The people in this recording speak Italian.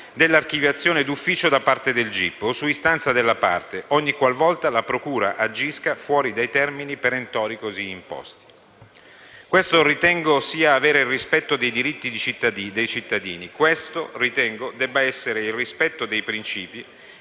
dell'archiviazione di ufficio da parte del gip o su istanza della parte ogni qualvolta la procura agisca fuori dai termini perentori così imposti. Questo ritengo sia avere rispetto dei diritti dei cittadini, questo ritengo sia il rispetto del principio